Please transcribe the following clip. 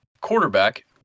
quarterback